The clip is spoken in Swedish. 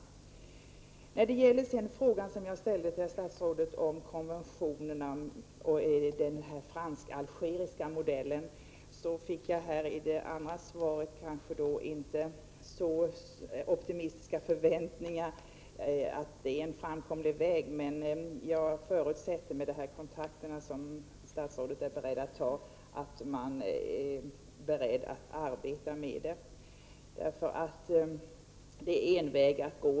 Statsrådet gav i sitt andra inlägg inte uttryck för så optimistiska förväntningar om att konventioner och den fransk-algeriska modellen skulle vara en framkomlig väg. Med de kontakter som statsrådet nu säger sig vara beredd att ta förutsätter jag att han är beredd att arbeta med frågan. Detta är en väg att gå.